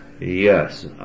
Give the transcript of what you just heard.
Yes